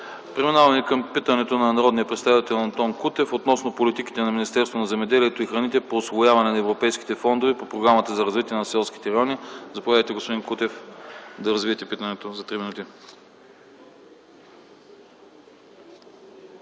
Преминаваме към питането на народния представител Антон Кутев относно политиките на Министерството на земеделието и храните по усвояване на европейските фондове по Програмата за развитие на селските райони. Заповядайте, господин Кутев, да развиете питането си в рамките